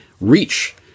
reach